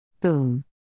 boom